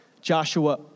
Joshua